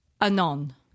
anon